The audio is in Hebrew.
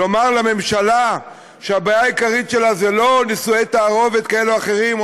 לומר לממשלה שהבעיה העיקרית שלה היא לא נישואי תערובת כאלה או אחרים,